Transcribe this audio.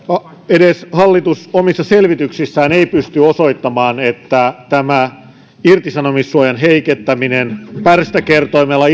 edes hallitus omissa selvityksissään ei pysty osoittamaan että tämä irtisanomissuojan heikentäminen pärstäkertoimella